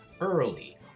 early